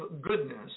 goodness